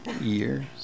years